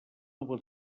nova